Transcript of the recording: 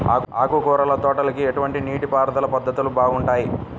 ఆకుకూరల తోటలకి ఎటువంటి నీటిపారుదల పద్ధతులు బాగుంటాయ్?